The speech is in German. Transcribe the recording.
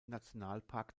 nationalpark